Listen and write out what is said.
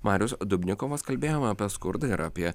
marius dubnikovas kalbėjome apie skurdą ir apie